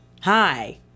Hi